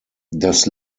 das